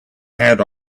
had